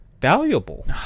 valuable